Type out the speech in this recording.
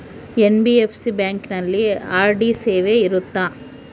NBFC ಬ್ಯಾಂಕಿನಲ್ಲಿ RD ಸೇವೆ ಇರುತ್ತಾ?